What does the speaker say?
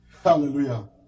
Hallelujah